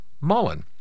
Mullen